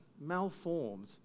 malformed